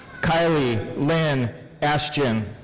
kylie lynn astgen.